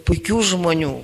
puikių žmonių